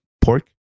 pork